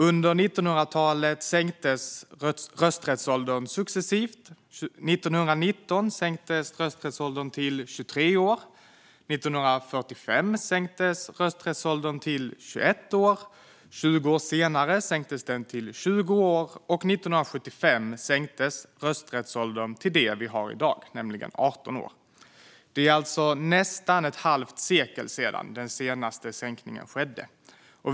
Under 1900-talet sänktes rösträttsåldern successivt. År 1919 sänktes rösträttsåldern till 23 år. År 1945 sänktes rösträttsåldern till 21 år. 20 år senare sänktes den till 20 år, och 1975 sänktes rösträttsåldern till den vi har i dag, nämligen 18 år. Det är alltså nästan ett halvt sekel sedan den senaste sänkningen skedde.